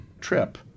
trip